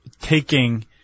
taking